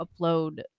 upload